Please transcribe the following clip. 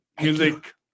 music